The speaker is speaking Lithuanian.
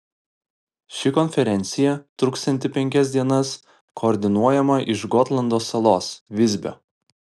ši konferencija truksianti penkias dienas koordinuojama iš gotlando salos visbio